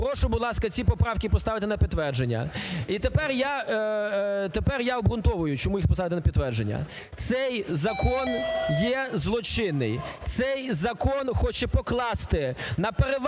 Прошу, будь ласка, ці поправки поставити на підтвердження. І тепер я обґрунтовую, чому їх поставити на підтвердження. Цей закон є злочинний, цей закон хоче покласти на переважну